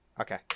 Okay